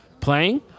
playing